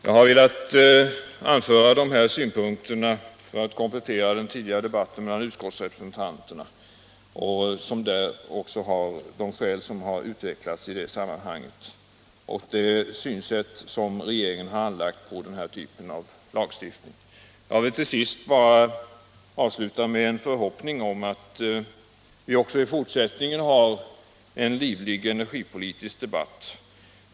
Jag har velat anföra dessa synpunkter för att komplettera den tidigare debatten mellan utskottsrepresentanterna och kommentera de skäl som utvecklats och det synsätt regeringen anlagt på denna typ av lagstiftning. Jag vill till sist avsluta med en förhoppning om att vi också i fortsättningen har en livlig energipolitisk debatt.